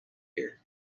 here